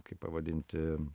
kaip pavadinti